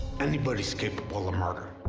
anybody's capable of murder.